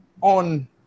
on